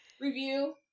review